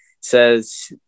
says